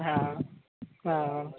हँ हँ